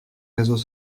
réseaux